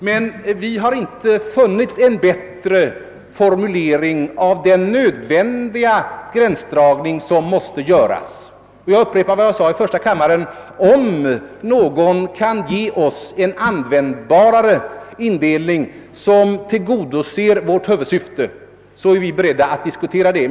Men vi har inte funnit en bättre formulering i fråga om den gränsdragning som nödvändigt måste göras. Jag upprepar vad jag sade i första kammaren, nämligen att om någon kan ge oss en mera användbar indelning som tillgodoser vårt huvudsyfte, är vi beredda att diskutera den.